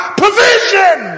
provision